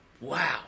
Wow